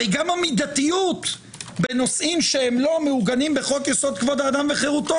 הרי גם המידתיות בנושאים שאינם מעוגנים בחוק יסוד: כבוד האדם וחירותו,